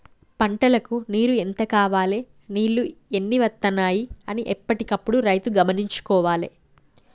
పంటలకు నీరు ఎంత కావాలె నీళ్లు ఎన్ని వత్తనాయి అన్ని ఎప్పటికప్పుడు రైతు గమనించుకోవాలె